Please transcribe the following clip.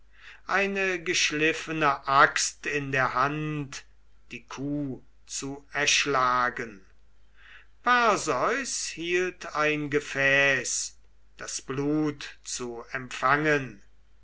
eine geschliffene axt in der hand die kuh zu erschlagen perseus hielt ein gefäß das blut zu empfangen